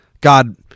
God